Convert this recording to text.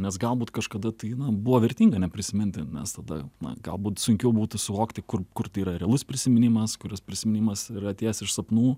nes galbūt kažkada tai buvo vertinga neprisiminti nes tada na galbūt sunkiau būtų suvokti kur kur tai yra realus prisiminimas kuris prisiminimas yra atėjęs iš sapnų